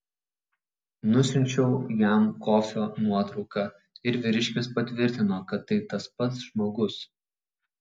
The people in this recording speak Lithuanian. nusiunčiau jam kofio nuotrauką ir vyriškis patvirtino kad tai tas pats žmogus